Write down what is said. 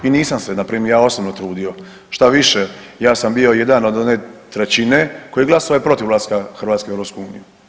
I nisam se npr. ja osobno trudio, šta više ja sam bio jedan od one trećine koji je glasao protiv ulaska Hrvatske u EU.